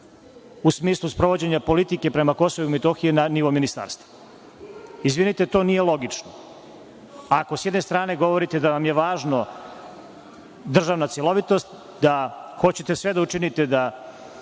u smislu sprovođenja politike prema Kosovu i Metohiji na nivo ministarstva. Izvinite to nije logično. Ako sa jedne strane govorite da vam je važno državna celovitost, da hoćete sve da učinite da